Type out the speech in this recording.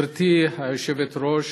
גברתי היושבת-ראש,